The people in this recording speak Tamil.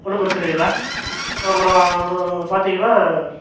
ஒன்றும் பிரச்சனையில்லை அப்புறம் பார்த்திங்கன்னா